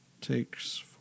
takes